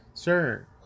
Sir